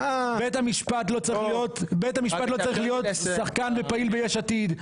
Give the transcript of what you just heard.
בית המשפט לא צריך להיות שחקן ופעיל ביש עתיד,